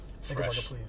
Fresh